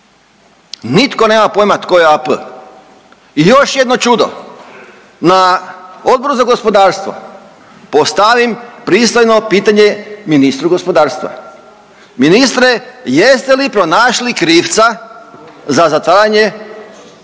Nitko nema pojma tko je AP. I još jedno čudo. Na Odboru za gospodarstvo postavim pristojno pitanje ministru gospodarstva: „Ministre jeste li pronašli krivca za zatvaranje Rafinerije